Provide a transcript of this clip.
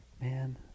man